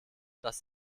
dass